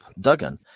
Duggan